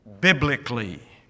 biblically